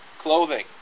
clothing